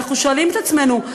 ואנחנו שואלים את עצמנו,